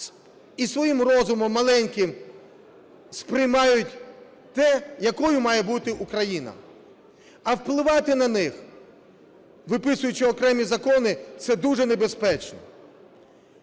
і своїм розумом маленьким сприймають те, якою має бути Україна, а впливати на них, виписуючи окремі закони, це дуже небезпечно.